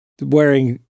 wearing